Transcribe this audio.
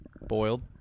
Boiled